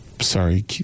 Sorry